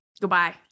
goodbye